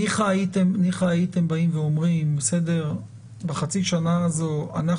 ניחא הייתם באים ואומרים שבחצי השנה הזו אנחנו